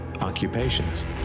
occupations